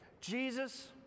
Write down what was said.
Jesus